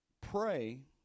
pray